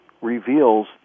reveals